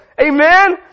Amen